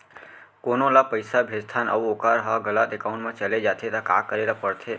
कोनो ला पइसा भेजथन अऊ वोकर ह गलत एकाउंट में चले जथे त का करे ला पड़थे?